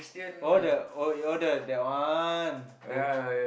oh the oh your the oh the that one the